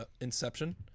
Inception